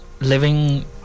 Living